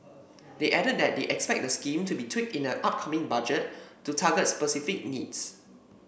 they added that they expect the scheme to be tweaked in the upcoming Budget to target specific needs